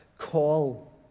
call